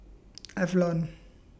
Avalon